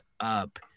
up